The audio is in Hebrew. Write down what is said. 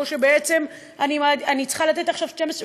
או שבעצם אני צריכה לתת עכשיו 12 צ'קים,